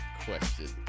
question